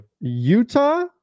Utah